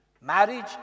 Marriage